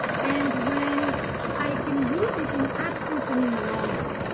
and when i can root it in absence and in longing,